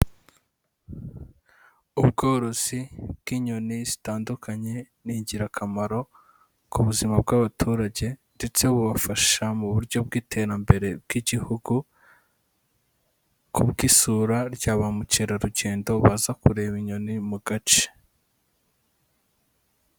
Ubworozi bw'inyoni zitandukanye ni ingirakamaro ku buzima bw'abaturage ndetse bubafasha mu buryo bw'iterambere bw'igihugu ku bw'isura rya ba mukerarugendo baza kureba inyoni mu gace.